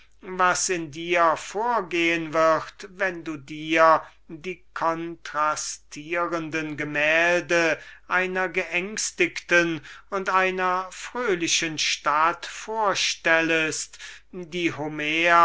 was in dir vorgehen wird wenn du dir die kontrastierenden gemälde einer geängstigten und einer fröhlichen stadt vorstellest die